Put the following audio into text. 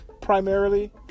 Primarily